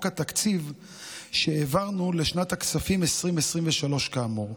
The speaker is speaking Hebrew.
התקציב שהעברנו לשנת הכספים 2023 כאמור.